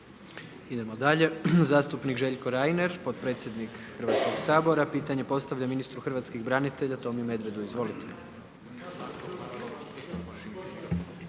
Idemo dalje. Zastupnik Željko Reiner, potpredsjednik Hrvatskog sabora pitanje postavlja ministru hrvatskih branitelja Tomi Medvedu. Izvolite.